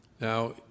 Now